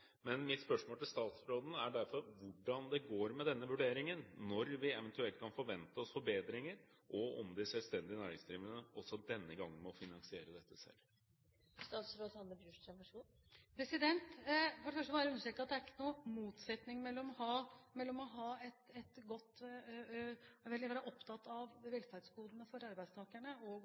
Mitt spørsmål til statsråden er derfor: Hvordan går det med denne vurderingen? Når kan vi eventuelt forvente oss forbedringer? Og må de selvstendig næringsdrivende også denne gang finansiere dette selv? For det første vil jeg bare understreke at det ikke er noen motsetning mellom å være opptatt av velferdsgodene for arbeidstakerne og å være opptatt av næringsdrivendes interesser. Som man for